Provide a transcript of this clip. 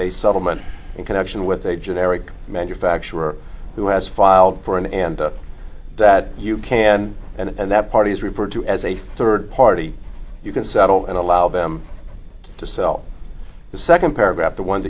a settlement in connection with a generic manufacturer who has filed for an end up that you can and that parties refer to as a third party you can settle and allow them to sell the second paragraph the one